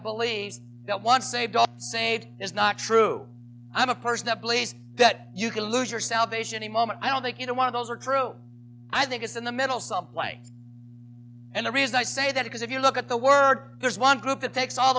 believes that once saved saved is not true i'm a person that believes that you can lose your salvation a moment i don't think you know one of those are true i think it's in the middle some way and the reason i say that because if you look at the word there's one group that takes all